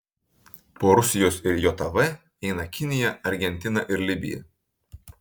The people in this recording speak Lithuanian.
po rusijos ir jav eina kinija argentina ir libija